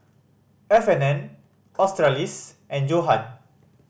F and N Australis and Johan